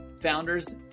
founders